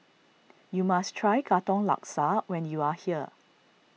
you must try Katong Laksa when you are here